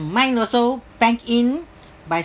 mine also bank in by